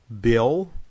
bill